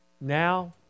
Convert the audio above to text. now